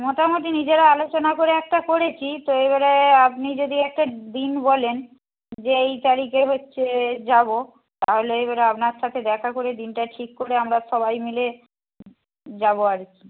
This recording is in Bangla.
মোটামুটি নিজেরা আলোচনা করে একটা করেছি তো এবারে আপনি যদি একটা দিন বলেন যে এই তারিখে হচ্ছে যাব তাহলে এবারে আপনার সাথে দেখা করে দিনটা ঠিক করে আমরা সবাই মিলে যাব আর কি